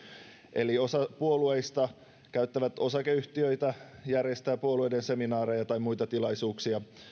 eli osa puolueista käyttää osakeyhtiöitä järjestää puolueiden seminaareja tai muita tilaisuuksia